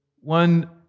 One